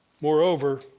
Moreover